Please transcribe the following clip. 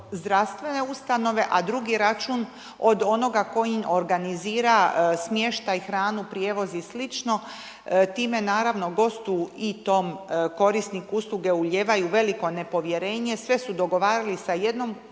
zdravstvene ustanove, a drugi račun od onoga tko im organizirana smještaj, hranu, prijevoz i slično. Time naravno gostu i tom korisniku usluge ulijevaju veliko nepovjerenje sve su dogovarali sa jednom